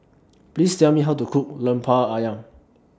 Please Tell Me How to Cook Lemper Ayam